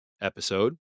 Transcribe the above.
episode